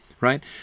right